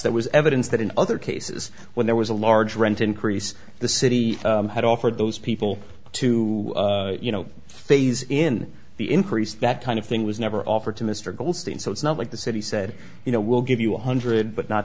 that was evidence that in other cases when there was a large rent increase the city had offered those people to you know phase in the increase that kind of thing was never offered to mr goldstein so it's not like the city said you know we'll give you one hundred but not